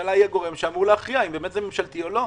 הממשלה היא הגורם שאמור להכריע האם זה באמת ממשלתי או לא.